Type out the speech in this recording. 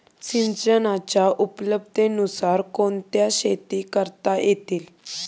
सिंचनाच्या उपलब्धतेनुसार कोणत्या शेती करता येतील?